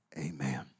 Amen